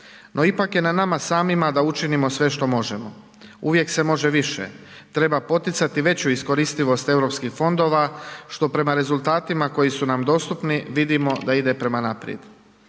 No, ipak je na nama samima da učinimo sve što možemo. Uvijek se može više. Treba poticati veću iskoristivost Europskih fondova što prema rezultatima koji su nam dostupni vidimo da ide prema naprijed.